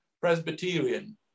Presbyterian